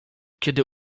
kiedy